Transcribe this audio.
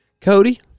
Cody